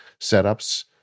setups